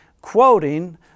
quoting